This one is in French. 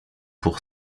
pour